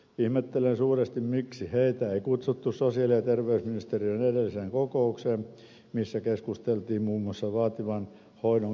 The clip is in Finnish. ihmettelen suuresti miksi heitä ei kutsuttu sosiaali ja terveysministeriön edelliseen kokoukseen missä keskusteltiin muun muassa vaativan hoidon keskittämisestä